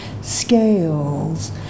scales